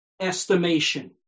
estimation